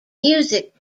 music